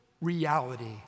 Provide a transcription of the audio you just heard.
reality